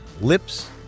lips